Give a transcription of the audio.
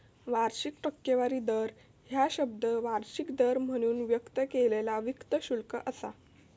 वार्षिक टक्केवारी दर ह्या शब्द वार्षिक दर म्हणून व्यक्त केलेला वित्त शुल्क असा